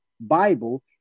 Bible